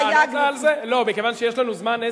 יש לנו זמן,